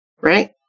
Right